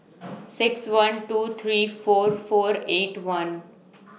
six one two three four four eight one